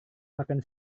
makan